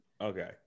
Okay